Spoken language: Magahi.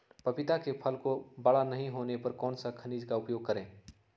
पपीता के फल को बड़ा नहीं होने पर कौन सा खनिज का उपयोग करें?